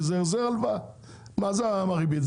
מה זה הריבית?